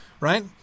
right